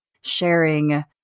sharing